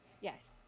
Yes